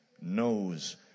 knows